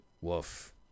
Woof